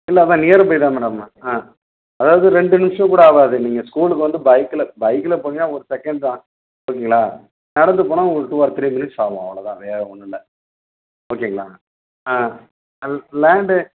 இல்லை அதுதான் நியர்பை தான் மேடம் ஆ அதாவது ரெண்டு நிமிஷம் கூட ஆகாது நீங்கள் ஸ்கூலுக்கு வந்து பைக்கில் பைக்கில் போனீங்கன்னால் ஒரு செகண்ட் தான் ஓகேங்களா நடந்து போனால் உங்களுக்கு டூ ஆர் த்ரீ மினிட்ஸ் ஆகும் அவ்வளோ தான் வேறு ஒன்றும் இல்லை ஓகேங்களா ஆ அல் லேண்டு